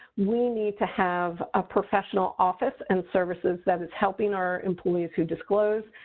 we need to have a professional office and services that is helping our employees who disclose,